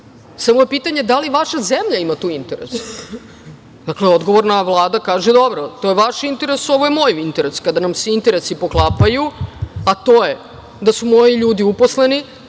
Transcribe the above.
Samo je pitanje da li vaša zemlja ima tu interes. Odgovorna Vlada kaže – dobro, to je vaš interes, ovo je moj interes. Kada nam se interesi poklapaju, a to je da su moji ljudi uposleni,